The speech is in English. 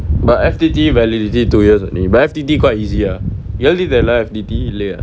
but F_T_T validatity two years only but F_T_T quite easy ah you all did your F_T_T இல்லயா:illayaa